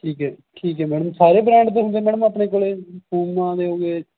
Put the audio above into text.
ਠੀਕ ਹੈ ਠੀਕ ਹੈ ਮੈਡਮ ਸਾਰੇ ਬ੍ਰਾਂਡ ਦੇ ਹੁੰਦੇ ਮੈਡਮ ਆਪਣੇ ਕੋਲ ਪੂਮਾ ਦੇ ਹੋ ਗਏ